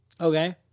Okay